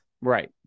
Right